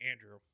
Andrew